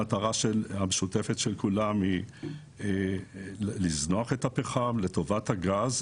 המטרה המשותפת של כולם היא לזנוח את הפחם לטובת הגז,